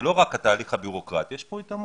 זה לא רק התהליך הבירוקרטי אלא יש כאן התעמרות.